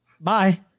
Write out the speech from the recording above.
bye